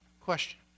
Question